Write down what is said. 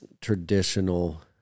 traditional